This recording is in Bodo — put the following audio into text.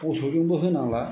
मोसौजोंबो होनांला